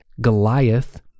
Goliath